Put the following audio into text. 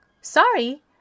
Sorry